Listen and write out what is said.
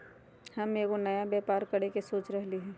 हम एगो नया व्यापर करके सोच रहलि ह